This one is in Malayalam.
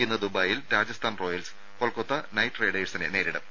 ഇന്ന് ദുബായിൽ രാജസ്ഥാൻ റോയൽസ് കൊൽക്കത്ത നൈറ്റ് റൈഡേഴ്സിനെ നേരിടും